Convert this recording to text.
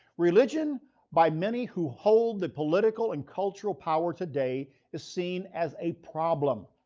religion by many who hold the political and cultural power today is seen as a problem,